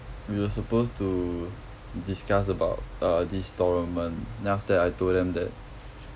we were supposed to discuss about uh this tournament then after that I told them that